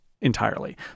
entirely